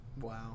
Wow